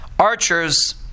Archers